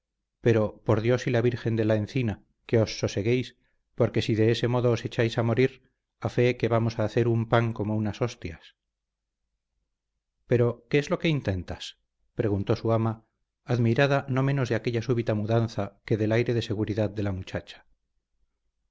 pero por dios y la virgen de la encina que os soseguéis porque si de ese modo os echáis a morir a fe que vamos a hacer un pan como unas hostias pero qué es lo que intentas preguntó su ama admirada no menos de aquella súbita mudanza que del aire de seguridad de la muchacha